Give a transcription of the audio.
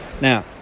Now